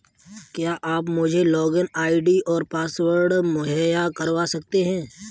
क्या आप मुझे लॉगिन आई.डी और पासवर्ड मुहैय्या करवा सकते हैं?